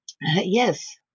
Yes